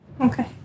Okay